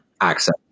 access